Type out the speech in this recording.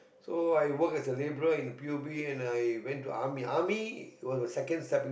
so I worked as a labourer in p_u_b and I went to army army was the second stepping